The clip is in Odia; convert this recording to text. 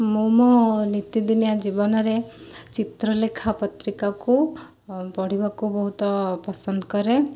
ମୁଁ ମୋ ନିତିଦିନିଆ ଜୀବନରେ ଚିତ୍ରଲେଖା ପତ୍ରିକାକୁ ପଢ଼ିବାକୁ ବହୁତ ପସନ୍ଦ କରେ